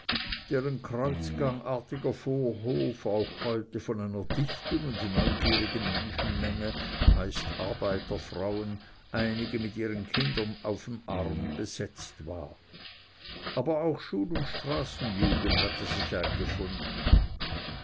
deren kreuzgangartiger vorhof auch heute von einer dichten und neugierigen menschenmenge meist arbeiterfrauen einige mit ihren kindern auf dem arm besetzt war aber auch schul und straßenjugend hatte sich eingefunden